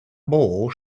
bowl